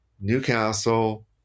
Newcastle